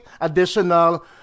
additional